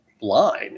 line